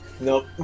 Nope